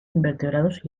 invertebrados